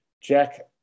Jack